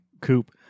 Coupe